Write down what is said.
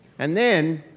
and then,